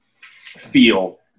feel